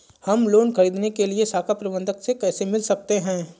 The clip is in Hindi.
हम लोन ख़रीदने के लिए शाखा प्रबंधक से कैसे मिल सकते हैं?